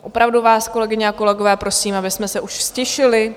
Opravdu vás, kolegyně a kolegové, prosím, abychom se už ztišili.